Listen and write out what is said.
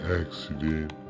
accident